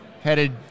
headed